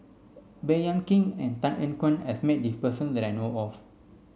Baey Yam Keng and Tan Ean Kiam has met this person that I know of